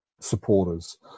supporters